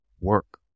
work